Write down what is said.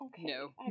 no